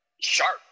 sharp